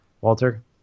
Walter